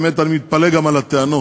האמת, אני מתפלא גם על הטענות.